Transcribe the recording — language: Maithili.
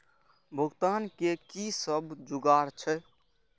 भुगतान के कि सब जुगार छे?